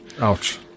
Ouch